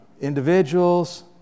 individuals